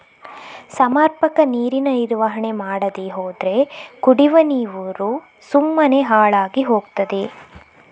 ಸಮರ್ಪಕ ನೀರಿನ ನಿರ್ವಹಣೆ ಮಾಡದೇ ಹೋದ್ರೆ ಕುಡಿವ ನೀರು ಸುಮ್ಮನೆ ಹಾಳಾಗಿ ಹೋಗ್ತದೆ